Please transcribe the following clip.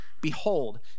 behold